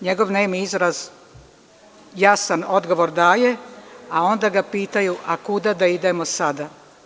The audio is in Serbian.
Njegov nemi izraz, jasan odgovor daje, a onda ga pitaju – a kuda da idemo sada?